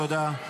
תודה.